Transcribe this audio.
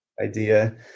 idea